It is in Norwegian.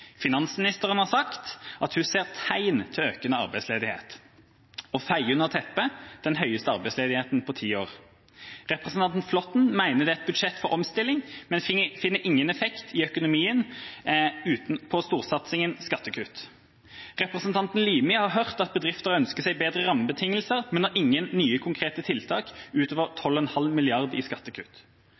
Finansministeren har sagt at hun ser tegn til økende arbeidsledighet, og feier under teppet den høyeste arbeidsledigheten på ti år. Representanten Flåtten mener det er et budsjett for omstilling, men finner ingen effekt i økonomien på storsatsingen skattekutt. Representanten Limi har hørt at bedriftene ønsker seg bedre rammebetingelser, men har ingen nye konkrete tiltak, utover 12,5 mrd. i skattekutt.